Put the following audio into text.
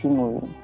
movie